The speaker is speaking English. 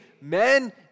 men